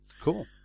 Cool